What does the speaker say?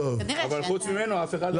אבל חוץ ממנו -- טוב,